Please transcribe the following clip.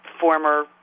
former